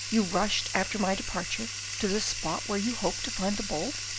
you rushed after my departure to the spot where you hoped to find the bulb?